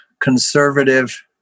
conservative